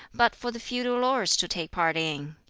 but for the feudal lords to take part in?